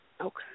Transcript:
Okay